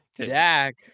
Jack